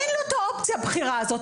אין לו את האופוזיציה בחירה הזאת,